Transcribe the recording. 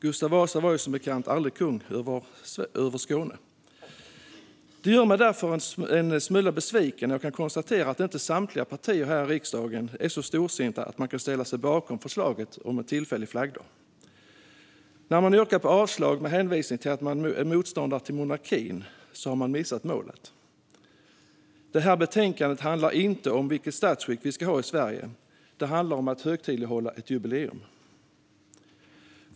Gustav Vasa var som bekant aldrig kung över Skåne. Det gör mig därför en smula besviken när jag kan konstatera att inte samtliga partier här i riksdagen är så storsinta att de kan ställa sig bakom förslaget om en tillfällig flaggdag. När man yrkar på avslag med hänvisning till att man nu är motståndare till monarkin har man missat målet. Betänkandet handlar inte om vilket statsskick vi ska ha i Sverige. Det handlar om att högtidlighålla ett jubileum.